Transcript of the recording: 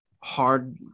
hard